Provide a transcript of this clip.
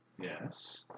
Yes